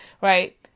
Right